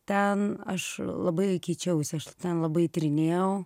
ten aš labai keičiausi aš ten labai tyrinėjau